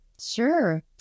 Sure